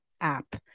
app